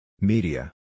Media